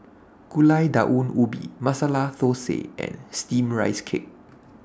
Gulai Daun Ubi Masala Thosai and Steamed Rice Cake